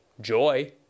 Joy